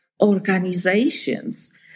organizations